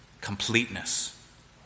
completeness